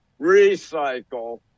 recycle